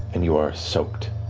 and you are soaked,